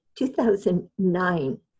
2009